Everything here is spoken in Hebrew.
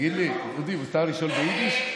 תגיד לי, דודי, מותר לשאול ביידיש?